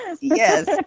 yes